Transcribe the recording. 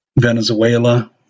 venezuela